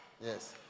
Yes